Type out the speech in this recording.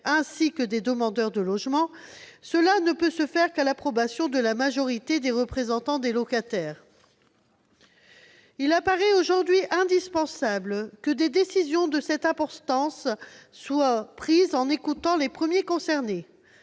comme des demandeurs de logement, cela ne peut se faire qu'à l'approbation de la majorité des représentants des locataires. Il paraît aujourd'hui indispensable que des décisions de cette importance soient prises en écoutant les premiers concernés.